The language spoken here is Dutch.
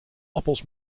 appels